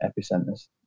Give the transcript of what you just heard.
epicenters